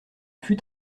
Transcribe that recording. fut